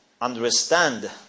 understand